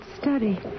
study